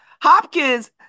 Hopkins